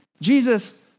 Jesus